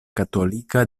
katolika